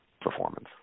performance